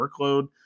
workload